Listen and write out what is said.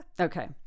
Okay